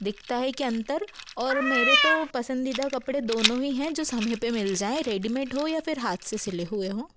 दिखता है कि अंतर और मेरे तो पसंदीदा कपड़े दोनों ही हैं जो समय पे मिल जाएं रेडीमेड हों या हाथ से सिले हुए हों